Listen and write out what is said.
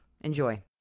Enjoy